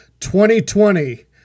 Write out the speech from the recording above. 2020